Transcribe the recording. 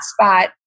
spot